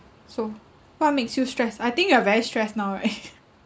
so what makes you stressed I think you are very stressed now right